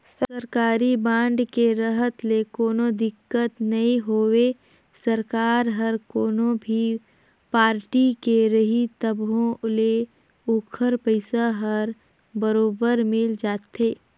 सरकारी बांड के रहत ले कोनो दिक्कत नई होवे सरकार हर कोनो भी पारटी के रही तभो ले ओखर पइसा हर बरोबर मिल जाथे